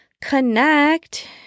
connect